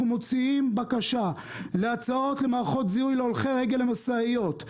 מוציאים בקשה להצעות למערכות זיהוי להולכי רגל במשאיות,